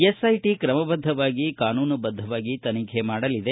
SIT ಕ್ರಮಬದ್ಗವಾಗಿ ಕಾನೂನುಬದ್ದವಾಗಿ ತನಿಖೆ ಮಾಡಲಿದೆ